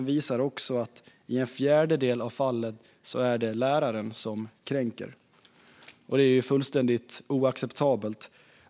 visar också att i en fjärdedel av fallen är det läraren som kränker. Det är fullständigt oacceptabelt.